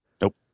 Nope